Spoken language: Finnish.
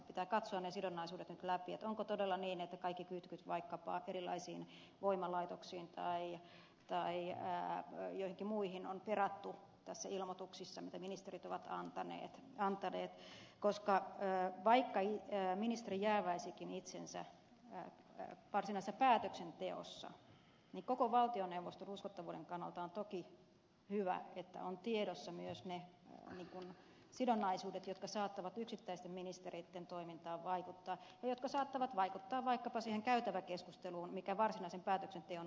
pitää katsoa ne sidonnaisuudet nyt läpi onko todella niin että kaikki kytkyt vaikkapa erilaisiin voimalaitoksiin tai joihinkin muihin on perattu näissä ilmoituksissa mitä ministerit ovat antaneet koska vaikka ministeri jääväisikin itsensä varsinaisessa päätöksenteossa niin koko valtioneuvoston uskottavuuden kannalta on toki hyvä että on tiedossa myös ne sidonnaisuudet jotka saattavat yksittäisten ministereitten toimintaan vaikuttaa ja jotka saattavat vaikuttaa vaikkapa siihen käytäväkeskusteluun mikä varsinaisen päätöksenteon ulkopuolella tehdään